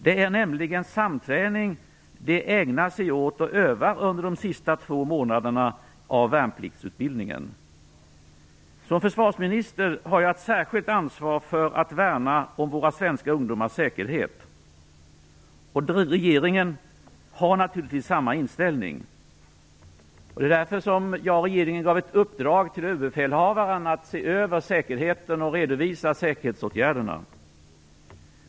Det är nämligen samträning de värnpliktiga ägnar sig åt att öva under de sista två månaderna av värnpliktsutbildningen. Som försvarsminister har jag ett särskilt ansvar för att värna om våra svenska ungdomars säkerhet. Regeringen har naturligtvis samma inställning. Därför gav jag och regeringen ett uppdrag åt överbefälhavaren att se över säkerheten och redovisa säkerhetsåtgärderna.